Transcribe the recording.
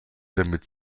damit